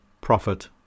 profit